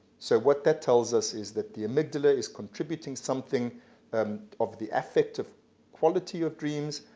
so what that tells us is that the amygdala is contributing something um of the affective quality of dreams,